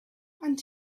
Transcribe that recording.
and